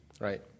right